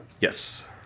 yes